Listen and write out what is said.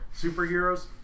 Superheroes